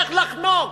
איך לחנוק.